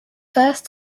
first